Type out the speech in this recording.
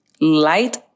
light